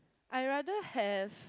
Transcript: I rather have